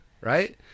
right